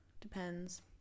Depends